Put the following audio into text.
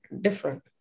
different